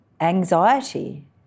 anxiety